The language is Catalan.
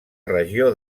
regió